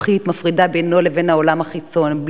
זכוכית מפרידה בינו לבין העולם החיצון,